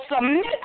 submit